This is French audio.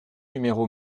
numéro